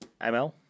ML